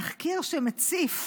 תחקיר שמציף